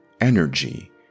energy